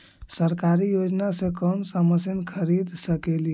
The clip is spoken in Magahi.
सरकारी योजना से कोन सा मशीन खरीद सकेली?